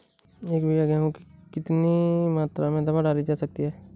एक बीघा गेहूँ में कितनी मात्रा में दवा डाली जा सकती है?